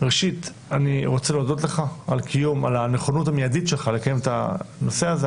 ראשית אני רוצה להודות לך על הנכונות המידית שלך לקיים את הדיון הזה.